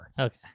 Okay